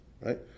right